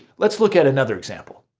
let's look at another example.